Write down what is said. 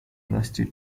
rusty